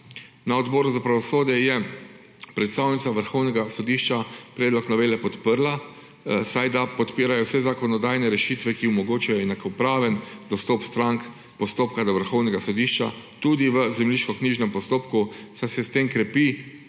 Na Odboru za pravosodje je predstavnica Vrhovnega sodišča predlog novele podprla, saj da podpira vse zakonodajne rešitve, ki omogočajo enakopraven dostop strank postopka do Vrhovnega sodišča tudi v zemljiškoknjižnem postopku, saj se s tem krepi